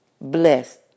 Blessed